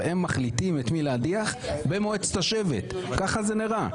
הם מחליטים את מי להדיח במועצת השבט, ככה זה נראה.